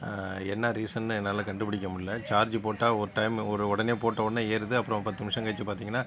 என்ன ரீஸன்னு என்னால் கண்டுபிடிக்க முடியலை சார்ஜ் போட்டால் ஒரு டைம் ஒரு உடனே போட்ட உடனே ஏறுது அப்புறம் பத்து நிமிஷம் கழித்து பார்த்தீங்கனா